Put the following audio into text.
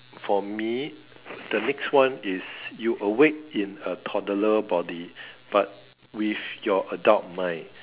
for me the next one is you awake in a toddler body but with your adult mind